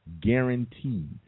Guaranteed